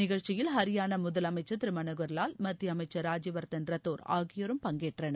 நிகழ்ச்சியில் ஹரியானா முதலமைச்சர் திரு மனோகர் லால் மத்திய அமைச்சர் ராஜ்யவர்தன் ரத்தோர் ஆகியோரும் பங்கேற்றனர்